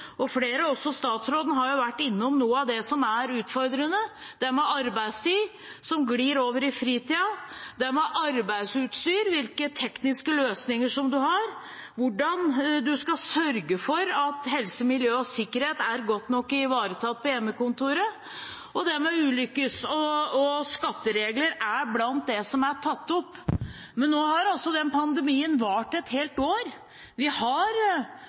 Flere, også statsråden, har vært innom noe av det som er utfordrende. Arbeidstid som glir over i fritiden, arbeidsutstyr og hvilke tekniske løsninger en har, hvordan en skal sørge for at helse, miljø og sikkerhet er godt nok ivaretatt på hjemmekontoret, og det med ulykkes- og skatteregler er blant det som er tatt opp. Men nå har altså denne pandemien vart et helt år. Mange av oss har